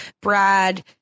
Brad